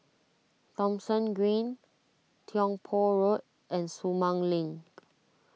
Thomson Green Tiong Poh Road and Sumang Link